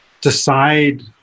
decide